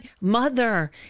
mother